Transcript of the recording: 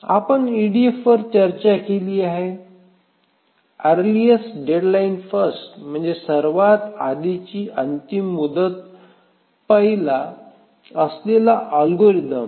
आपण ईडीएफ वर चर्चा केली अरलीएस्ट डेडलाईन फर्स्ट म्हणजे सर्वात आधीची अंतिम मुदत पहिला असलेला अल्गोरिदम